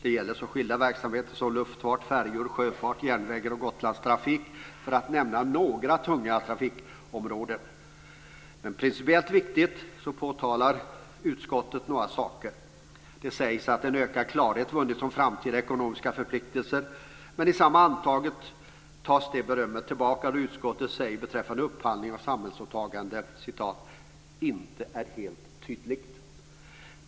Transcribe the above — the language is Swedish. Det rör sig om så skilda verksamheter som luftfart, färjor, sjöfart, järnväg, Gotlandstrafik - för att nämna några tunga trafikområden. Utskottet uttalar några principiellt viktiga saker. Det sägs att en ökad klarhet vunnits om framtida ekonomiska förpliktelser. Men i samma andetag tas det berömmet tillbaka då utskottet beträffande upphandling av samhällsåtagande säger att det "inte är helt tydligt".